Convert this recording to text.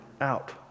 out